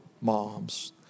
moms